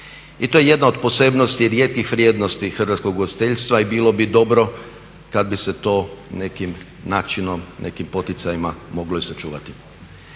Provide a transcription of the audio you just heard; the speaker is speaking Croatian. I to je jedna od posebnosti rijetkih vrijednosti hrvatskog ugostiteljstva i bilo bi dobro kad bi se to nekim načinom, nekim poticajima moglo i sačuvati.